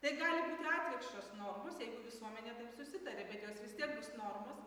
tai gali būti atvirkščios normos jeigu visuomenė taip susitaria bet jos vis tiek bus normos